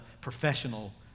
professional